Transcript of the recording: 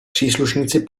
příslušníci